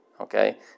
Okay